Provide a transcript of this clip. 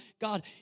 God